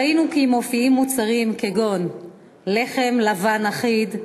ראינו כי מופיעים בה מוצרים כגון לחם לבן אחיד,